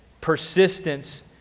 persistence